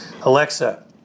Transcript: Alexa